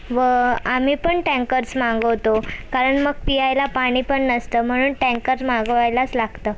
व आम्ही पण टँकर्स मागवतो कारण मग प्यायला पाणी पण नसतं म्हणून टँकर मागवायलाच लागतं